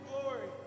glory